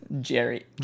Jerry